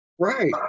Right